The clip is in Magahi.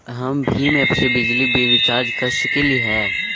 हम भीम ऐप से बिजली बिल रिचार्ज कर सकली हई?